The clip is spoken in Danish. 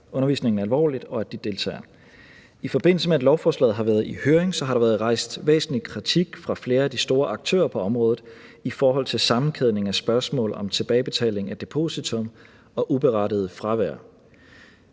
undervisningen alvorligt, og at de deltager. I forbindelse med at lovforslaget har været i høring, har der været rejst væsentlig kritik fra flere af de store aktører på området i forhold til sammenkædning af spørgsmålet om tilbagebetaling af depositum og uberettiget fravær.